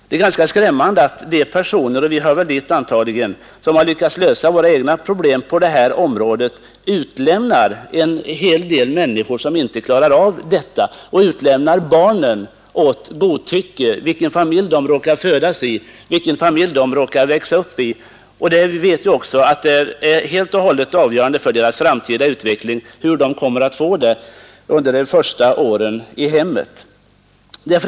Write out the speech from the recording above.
Det är ganska skrämmande att de personer — och vi hör väl dit — som har lyckats lösa sina egna problem på det här området ser bort ifrån att en hel del människor inte klarar av denna situation och utlämnar barnen åt det godtycke som det egentligen innebär att råka födas och växa upp i en viss familj. Vi vet ju att det är helt avgörande för barnens framtida utveckling hur de har det under de första åren i hemmet. Det är därför samhället måste stötta upp dem som har det svårast.